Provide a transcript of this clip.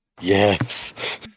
yes